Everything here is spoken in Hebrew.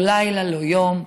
לא לילה, לא יום.